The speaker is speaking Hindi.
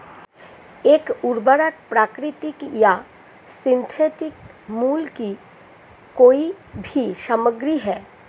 एक उर्वरक प्राकृतिक या सिंथेटिक मूल की कोई भी सामग्री है